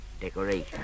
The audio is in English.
decoration